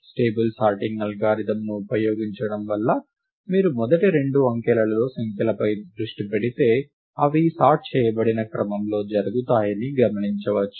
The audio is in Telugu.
స్టేబుల్ సార్టింగ్ అల్గారిథమ్ని ఉపయోగించడం వల్ల మీరు మొదటి రెండు అంకెలలోని సంఖ్యలపై దృష్టి పెడితే అవి సార్ట్ చేయబడిన క్రమంలో జరుగుతాయని గమనించవచ్చు